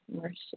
mercy